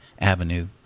avenue